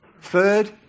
Third